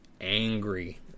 angry